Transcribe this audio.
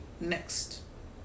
Next